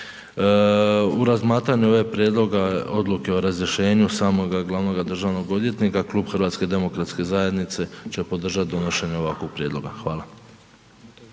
U razmatranju ove prijedloga odluke o razrješenju samoga glavnoga državnog odvjetnika Klub HDZ-a će podržat donošenje ovakvog prijedloga. Hvala.